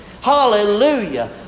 Hallelujah